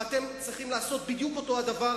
ואתם צריכים לעשות בדיוק אותו הדבר,